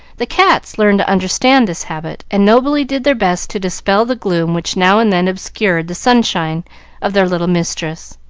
the cats learned to understand this habit, and nobly did their best to dispel the gloom which now and then obscured the sunshine of their little mistress.